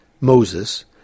Moses